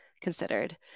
considered